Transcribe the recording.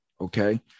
okay